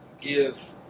give